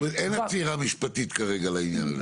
אין עצירה משפטית כרגע לעניין הזה.